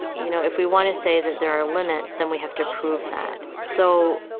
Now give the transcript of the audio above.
you know, if we want to say that there are limits, then we have to prove that. so,